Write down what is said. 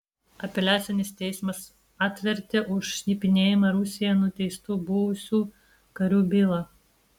apeliacinis teismas atvertė už šnipinėjimą rusijai nuteistų buvusių karių bylą